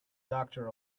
doctor